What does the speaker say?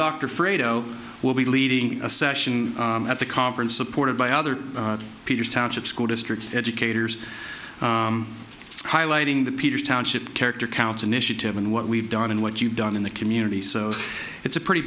o will be leading a session at the conference supported by other peters township school district educators highlighting the peters township character counts initiative and what we've done and what you've done in the community so it's a pretty